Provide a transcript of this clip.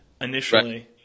initially